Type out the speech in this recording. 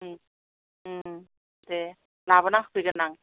दे लाबोना होफैगोन आं